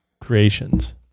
creations